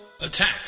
Attack